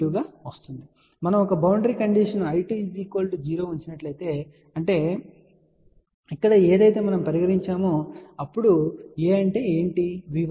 కాబట్టి మనం ఒక బౌండరీ కండిషన్ I2 0 ఉంచినట్లయితే అంటే ఇక్కడ ఏదైతే మనం పరిగణించామో అప్పుడు A అంటే ఏమిటి